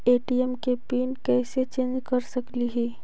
ATM के PIN कैसे change कर सकली ही?